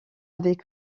avec